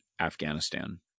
Afghanistan